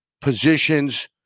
positions